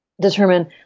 determine